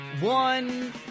one